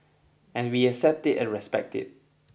and we accept it and respect it